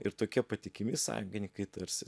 ir tokie patikimi sąjungininkai tarsi